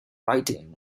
writing